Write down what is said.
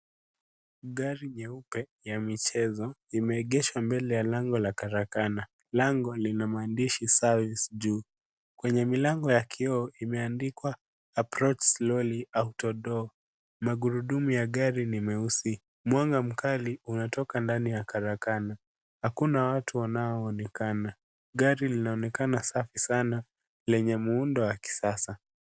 Gari nyeupe ya michezo imeegeshwa mbele ya lango ya karakana. Lango lina maandishi Service juu. Kwenye milango ya kioo imeandikwa approach slowly auto door magurudumu ya gari ni mweusi. Mwanga mkali inatoka ndani ya karakana. Hakuna watu wanaoonekana. Gari linaonekana safi sana lenye muundo wa kisasa.